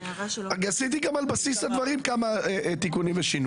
ועל בסיס הדברים גם עשיתי כמה תיקונים ושינויים.